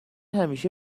همیشه